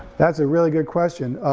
that's a really good question.